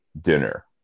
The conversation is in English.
dinner